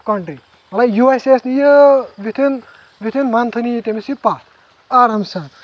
country مطلب یوٗ اٮ۪س اے یس نیہِ یہِ وِتھ اِن وِتھ اِن منتھٕ نیہِ تٔمِس یہِ پتھ آرام سان